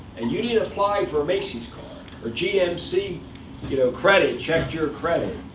and you didn't apply for a macy's card or gmc you know credit checked your credit